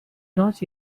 not